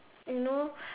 you know